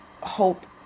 hope